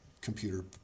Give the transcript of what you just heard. computer